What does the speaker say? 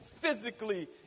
physically